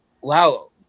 wow